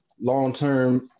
long-term